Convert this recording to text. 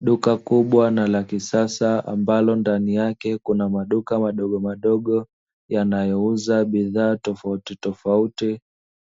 Duka kubwa na la kisasa ambalo ndani yake kuna maduka madogomadogo yanayouza bidhaa tofautitofauti,